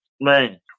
man